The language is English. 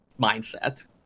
mindset